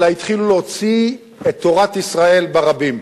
אלא התחילו להוציא את תורת ישראל ברבים.